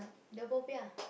the popiah